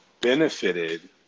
benefited